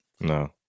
No